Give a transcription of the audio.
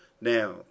Now